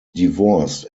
divorced